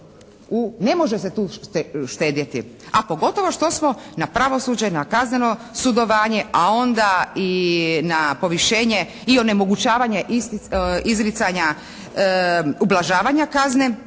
ne može se tu štedjeti, a pogotovo što smo na pravosuđe, na kazneno sudovanje, a onda i na povišenje i onemogućavanje izricanja ublažavanja kazne